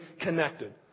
connected